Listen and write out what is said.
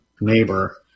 neighbor